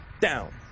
down